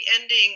ending